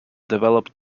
developed